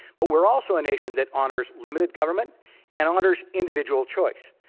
but we're also a nation that honors limited government and honors individual choice.